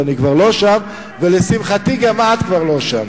ואני כבר לא שם ולשמחתי גם את כבר לא שם.